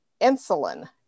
insulin